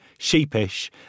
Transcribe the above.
Sheepish